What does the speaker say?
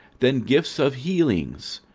then gifts of healings,